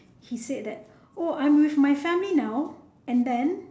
he said that oh I'm with my family now and then